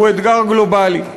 הוא אתגר גלובלי.